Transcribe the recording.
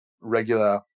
regular